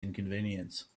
inconvenience